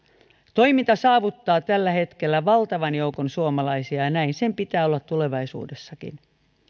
toiminta saavuttaa tällä hetkellä valtavan joukon suomalaisia ja näin sen pitää olla tulevaisuudessakin